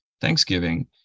Thanksgiving